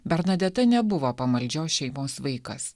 bernadeta nebuvo pamaldžios šeimos vaikas